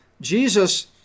Jesus